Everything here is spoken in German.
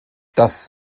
das